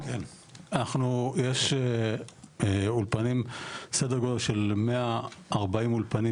אנחנו יש אולפנים סדר גודל של 140 אולפנים